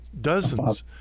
dozens